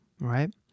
right